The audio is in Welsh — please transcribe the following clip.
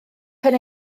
pen